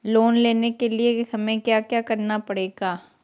Loan लेने के लिए हमें क्या क्या करना पड़ेगा?